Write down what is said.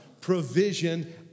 provision